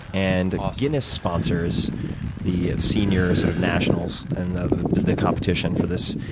and ah so guinness sponsors the senior sort of nationals and the the competition for this.